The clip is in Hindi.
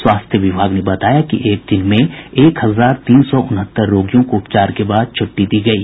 स्वास्थ्य विभाग ने बताया कि एक दिन में एक हजार तीन सौ उनहत्तर रोगियों को उपचार के बाद छुट्टी दी गयी